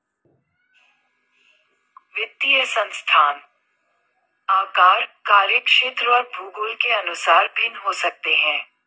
वित्तीय संस्थान आकार, कार्यक्षेत्र और भूगोल के अनुसार भिन्न हो सकते हैं